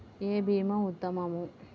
ఏ భీమా ఉత్తమము?